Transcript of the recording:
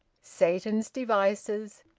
satan's devices,